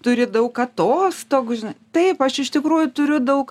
turi daug atostogų taip aš iš tikrųjų turiu daug